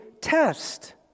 test